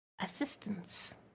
assistance